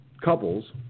couples